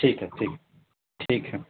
ٹھیک ہے ٹھیک ہے ٹھیک ہے